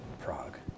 Prague